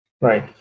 Right